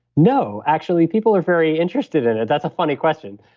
no, actually people are very interested in it. that's a funny question.